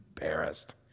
embarrassed